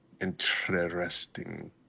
Interesting